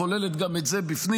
כוללת גם את זה בפנים,